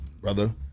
brother